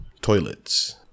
toilets